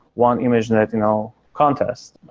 one image that you know contest,